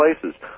places